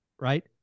right